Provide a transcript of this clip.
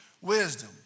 wisdom